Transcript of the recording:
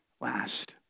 last